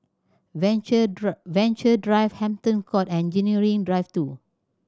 Venture Venture Drive Hampton Court and Engineering Drive Two